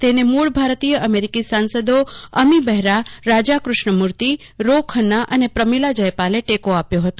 તેને મૂળ ભારતીય અમેરીકી સાંસદો અમી બહેરા રાજા કેષ્ણમૂર્તિ રો ખન્ના અને પ્રમીલા જયપાલ ટેકો આપ્યો હતો